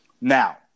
Now